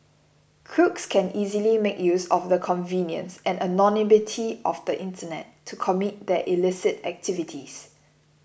crooks can easily make use of the convenience and anonymity of the internet to commit their illicit activities